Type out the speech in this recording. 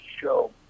show